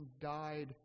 died